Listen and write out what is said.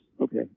Okay